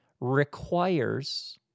requires